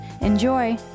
Enjoy